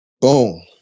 Boom